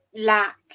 lack